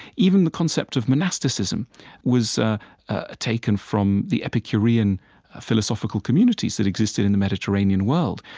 even the concept of monasticism was ah ah taken from the epicurean philosophical communities that existed in the mediterranean world.